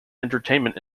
entertainment